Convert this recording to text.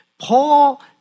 Paul